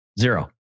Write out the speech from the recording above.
Zero